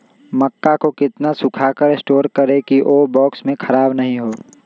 मक्का को कितना सूखा कर स्टोर करें की ओ बॉक्स में ख़राब नहीं हो?